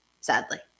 sadly